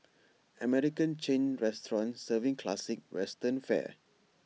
American chain restaurant serving classic western fare